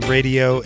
Radio